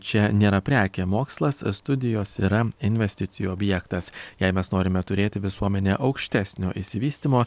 čia nėra prekė mokslas studijos yra investicijų objektas jei mes norime turėti visuomenę aukštesnio išsivystymo